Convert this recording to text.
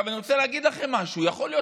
אני רוצה להגיד לכם משהו: יכול להיות